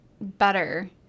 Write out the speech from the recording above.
better